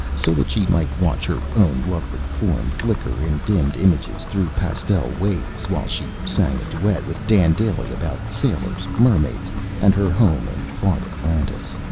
so that she might watch her own lovely form flicker in dimmed images through pastel waves, while she sang a duet with dan dailey about sailors, mermaids and her home in far atlantis.